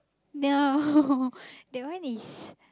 no that one is